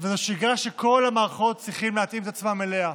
השגרה שכל המערכות צריכות להתאים את עצמן אליה,